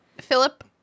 Philip